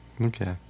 Okay